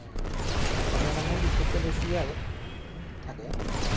অসমীয়া মানুহ বিশেষকৈ বেছি আৰু থাকে